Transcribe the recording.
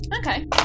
Okay